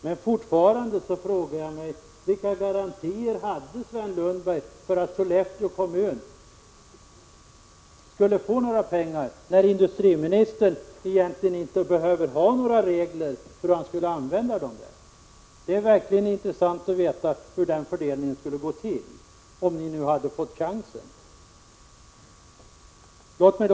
Men jag frågar mig fortfarande: Vilka garantier hade Sven Lundberg för att Sollefteå kommun skulle få några pengar, när industriministern egentligen inte behövde några regler för hur han skulle använda dem? Det är verkligen intressant att få veta hur fördelningen skulle ha gått till, om ni nu hade fått chansen till en sådan.